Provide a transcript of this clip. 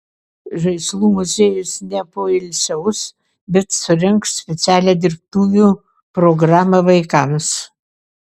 žaislų muziejus nepoilsiaus bet surengs specialią dirbtuvių programą vaikams